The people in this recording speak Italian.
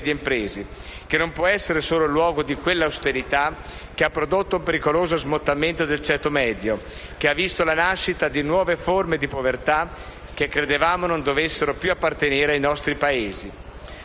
medie imprese; che non può essere solo il luogo di quell'austerità che ha prodotto un pericoloso smottamento del ceto medio, che ha visto la nascita di nuove forme di povertà che credevamo non dovessero più appartenere ai nostri Paesi.